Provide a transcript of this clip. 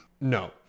no